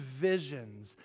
visions